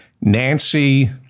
Nancy